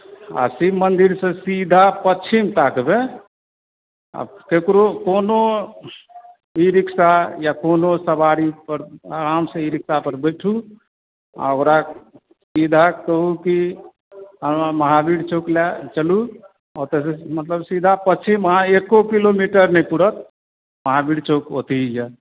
आ शिव मन्दिरसँ सीधा पश्चिम ताकबै आओर ककरो कोनो ई रिक्शा या कोनो सवारीपर आरामसँ ई रिक्शापर बैठू आओर ओकरा सीधा कहू कि हमरा महावीर चौक लऽ चलू ओतऽ सँ मतलब सीधा पश्चिम अहाँ एको किलोमीटर नहि पुरत महावीर चौक ओतहि अइ